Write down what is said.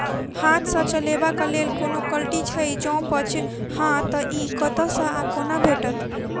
हाथ सऽ चलेबाक लेल कोनों कल्टी छै, जौंपच हाँ तऽ, इ कतह सऽ आ कोना भेटत?